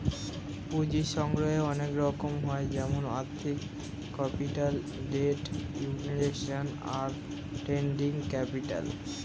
পুঁজির সংগ্রহের অনেক রকম হয় যেমন আর্থিক ক্যাপিটাল, ডেট, ইক্যুইটি, আর ট্রেডিং ক্যাপিটাল